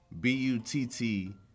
B-U-T-T